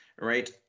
right